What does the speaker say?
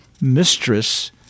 mistress